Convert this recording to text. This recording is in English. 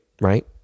right